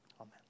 Amen